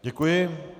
Děkuji.